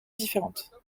différentes